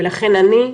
ולכן אני,